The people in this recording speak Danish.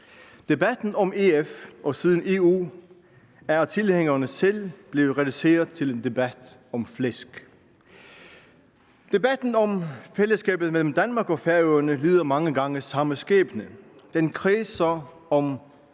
Debatten om EF og siden EU er af tilhængerne selv blevet reduceret til en debat om flæsk. Debatten om fællesskabet mellem Danmark og Færøerne lider mange gange samme skæbne: Den kredser om